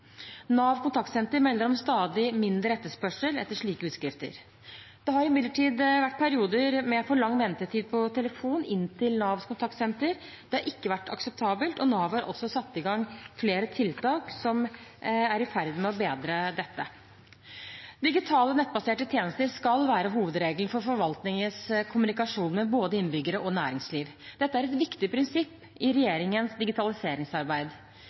NAV Kontaktsenter melder om stadig mindre etterspørsel etter slike utskrifter. Det har imidlertid vært perioder med for lang ventetid på telefon inn til NAV Kontaktsenter. Det har ikke vært akseptabelt. Nav har også satt i gang flere tiltak som er i ferd med å bedre dette. Digitale nettbaserte tjenester skal være hovedregelen for forvaltningens kommunikasjon med både innbyggere og næringsliv. Dette er et viktig prinsipp i regjeringens digitaliseringsarbeid.